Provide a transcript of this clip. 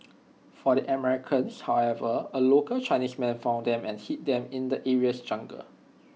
for the Americans however A local Chinese man found them and hid them in the area's jungle